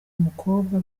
mukobwa